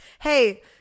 hey